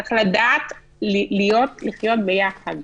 צריך לדעת לחיות ביחד.